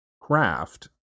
craft